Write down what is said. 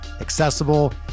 accessible